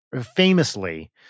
Famously